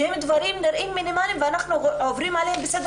שהם דברים שנראים מינימליים ואנחנו עוברים עליהם לסדר